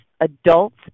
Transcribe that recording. adults